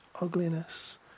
ugliness